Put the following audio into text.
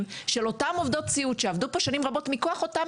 של אותן עובדות סיעוד שעבדו כאן שנים רבות מכוח אותם